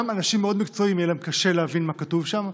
גם לאנשים מאוד מקצועיים יהיה קשה להבין מה כתוב שם,